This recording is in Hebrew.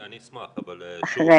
אוקיי, אני אשמח, אבל, שוב,